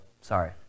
sorry